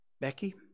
Becky